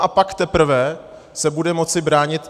A pak teprve se bude moci bránit...